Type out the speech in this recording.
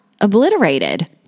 obliterated